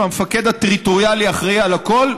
המפקד הטריטוריאלי אחראי על הכול,